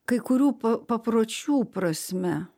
kai kurių pa papročių prasme